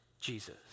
Jesus